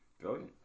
brilliant